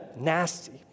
nasty